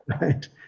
right